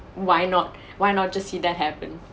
why not why not just see that happen